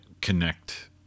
connect